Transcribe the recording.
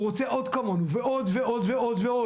והוא רוצה עוד כמונו, ועוד ועוד ועוד.